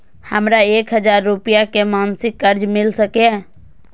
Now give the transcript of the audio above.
हमरा एक हजार रुपया के मासिक कर्ज मिल सकिय?